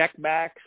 checkbacks